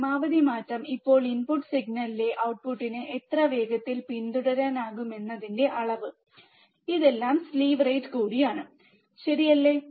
പരമാവധി മാറ്റം ഇപ്പോൾ ഇൻപുട്ട് സിഗ്നലിനെ ഔട്ട്പുട്ടിന് എത്ര വേഗത്തിൽ പിന്തുടരാനാകുമെന്നതിന്റെ അളവ് ഇതെല്ലാം സ്ലീവ് റേറ്റ് കൂടിയാണ് ശരിയല്ലേ